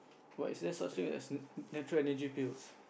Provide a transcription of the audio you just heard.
but is there such thing as natural Energy Pills